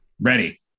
Ready